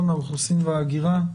האוכלוסין וההגירה,